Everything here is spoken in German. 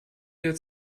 der